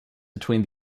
between